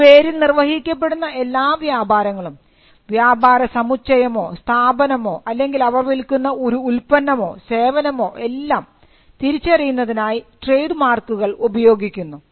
ആ പേരിൽ നിർവഹിക്കപ്പെടുന്ന എല്ലാ വ്യാപാരങ്ങളും വ്യാപാരസമുച്ചയമോ സ്ഥാപനമോ അല്ലെങ്കിൽ അവർ വിൽക്കുന്ന ഒരു ഉൽപ്പന്നമോ സേവനമോ എല്ലാം തിരിച്ചറിയുന്നതിനായി ട്രേഡ് മാർക്കുകൾ ഉപയോഗിക്കുന്നു